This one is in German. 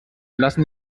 lassen